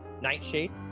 nightshade